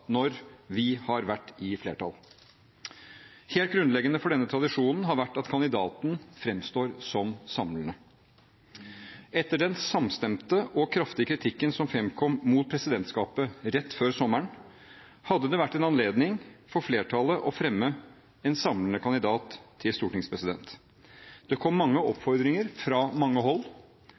når vi har vært i flertall. Helt grunnleggende for denne tradisjonen har vært at kandidaten framstår som samlende. Etter den samstemte og kraftige kritikken som framkom mot presidentskapet rett før sommeren, hadde det vært en anledning for flertallet til å fremme en samlende kandidat til stortingspresident. Det kom mange oppfordringer fra mange hold,